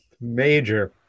Major